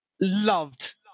loved